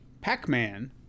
Pac-Man